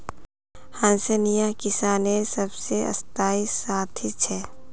हंसिया किसानेर सबसे स्थाई साथी छे